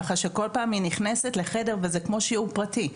ככה שכל פעם היא נכנסת לחדר וזה כמו שיעור פרטי.